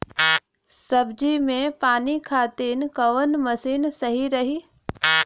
सब्जी में पानी खातिन कवन मशीन सही रही?